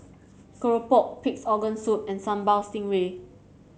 keropok Pig's Organ Soup and Sambal Stingray